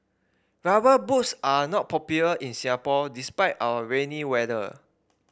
rubber boots are not popular in Singapore despite our rainy weather